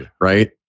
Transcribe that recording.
right